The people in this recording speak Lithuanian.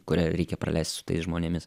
kurią reikia praleisti su tais žmonėmis